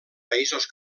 països